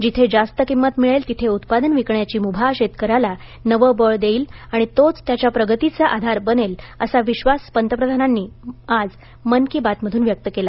जिथे जास्त किंमत मिळेल तिथे उत्पादन विकण्याची मुभा शेतकऱ्याला नवं बळ देईल आणि तोच त्याच्या प्रगतीचा आधार बनेल असा विश्वास पंतप्रधानांनी आज मन की बात मधून व्यक्त केला